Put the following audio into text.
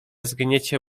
zgniecie